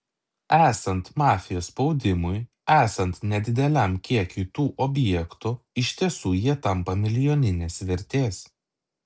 esant mafijos spaudimui esant nedideliam kiekiui tų objektų iš tiesų jie tampa milijoninės vertės